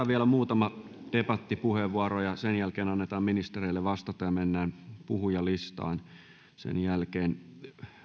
vielä muutama debattipuheenvuoro ja sen jälkeen annetaan ministereille mahdollisuus vastata ja mennään puhujalistaan sen jälkeen